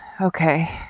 Okay